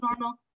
normal